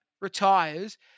retires